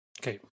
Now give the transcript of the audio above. okay